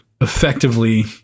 effectively